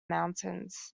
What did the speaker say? mountains